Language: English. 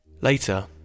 Later